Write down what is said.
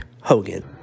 Hogan